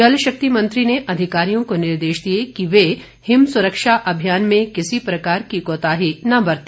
जल शक्ति मंत्री ने अधिकारियों को निर्देश दिए कि वे हिम सुरक्षा अभियान में किसी प्रकार की कोताही न बरते